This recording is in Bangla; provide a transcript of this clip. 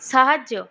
সাহায্য